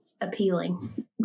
appealing